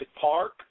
Park